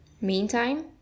Meantime